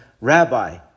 Rabbi